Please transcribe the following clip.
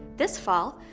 this fall,